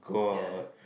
ya